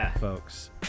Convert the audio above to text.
folks